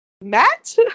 Matt